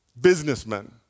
businessmen